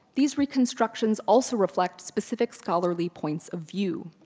these reconstructions also reflect specific scholarly points of view.